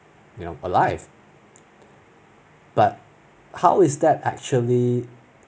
you know alive but how is that actually